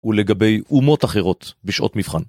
ולגבי אומות אחרות בשעות מבחן.